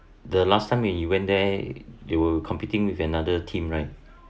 the last time when you went there they were competing with another team right